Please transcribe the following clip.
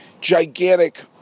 gigantic